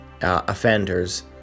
offenders